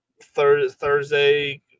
thursday